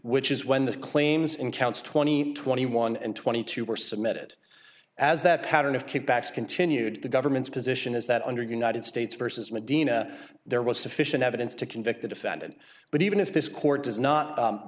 which is when the claims in counts twenty twenty one and twenty two were submitted as that pattern of kickbacks continued the government's position is that under united states versus medina there was sufficient evidence to convict the defendant but even if this court does not